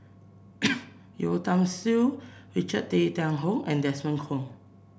Yeo Tiam Siew Richard Tay Tian Hoe and Desmond Kon